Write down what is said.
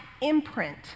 imprint